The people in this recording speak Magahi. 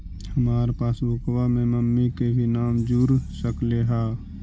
हमार पासबुकवा में मम्मी के भी नाम जुर सकलेहा?